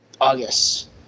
August